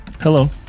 Hello